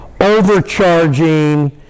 overcharging